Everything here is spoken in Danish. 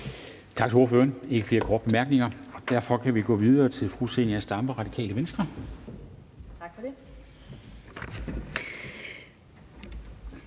Tak til ordføreren. Der er ikke flere korte bemærkninger, og derfor kan vi gå videre til fru Zenia Stampe, Radikale Venstre. Kl.